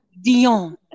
Dion